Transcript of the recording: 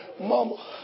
Mama